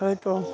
হয়তো